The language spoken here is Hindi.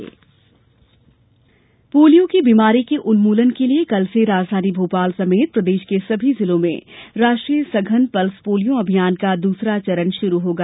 पल्स पोलियो अभियान पोलियो की बीमारी के उन्मूलन के लिए कल से राजधानी भोपाल समेत प्रदेश के सभी जिलों में राष्ट्रीय सघन पल्स पोलियो अभियान का दूसरा चरण शुरू होगा